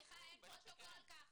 בטח שכן.